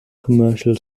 commercial